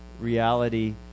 reality